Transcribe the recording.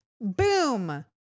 Boom